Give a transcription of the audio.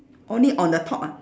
only on the top ah